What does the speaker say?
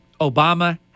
Obama